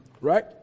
right